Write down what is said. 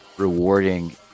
rewarding